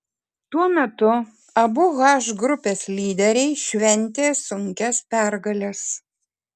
tuo metu abu h grupės lyderiai šventė sunkias pergales